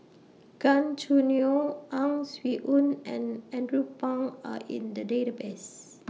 Gan Choo Neo Ang Swee Aun and Andrew Phang Are in The Database